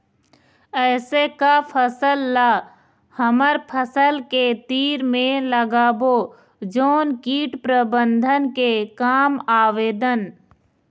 ऐसे का फसल ला हमर फसल के तीर मे लगाबो जोन कीट प्रबंधन के काम आवेदन?